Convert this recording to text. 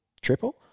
triple